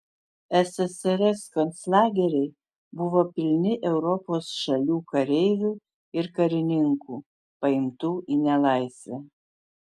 ssrs konclageriai buvo pilni europos šalių kareivių ir karininkų paimtų į nelaisvę